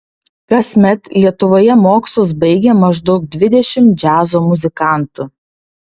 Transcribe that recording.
kasmet lietuvoje mokslus baigia maždaug dvidešimt džiazo muzikantų